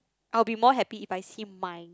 I'll be more happy if I see my